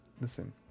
listen